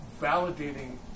validating